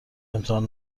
امتحان